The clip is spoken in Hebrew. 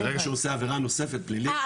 ברגע שהוא עושה עבירה נוספת פלילית --- על